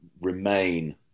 remain